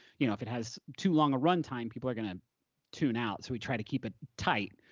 you know if it has too long a runtime, people are gonna tune out, so we try to keep it tight.